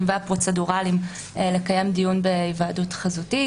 והפרוצדורליים בקיום דיון בהיוועדות חזותית.